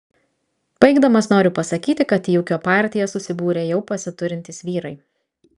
baigdamas noriu pasakyti kad į ūkio partiją susibūrė jau pasiturintys vyrai